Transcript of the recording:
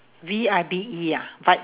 V I B E ah vibe